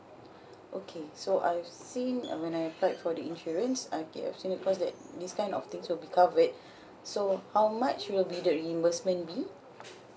okay so I have seen uh when I applied for the insurance I this kind of things will be covered so how much will be the reimbursement be